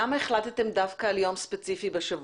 למה החלטתם דווקא על יום ספציפי בשבוע?